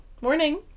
morning